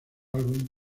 álbum